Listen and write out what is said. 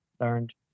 learned